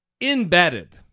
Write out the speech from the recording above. embedded